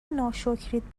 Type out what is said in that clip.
ناشکرید